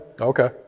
Okay